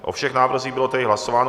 O všech návrzích bylo tedy hlasováno.